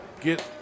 get